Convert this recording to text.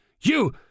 You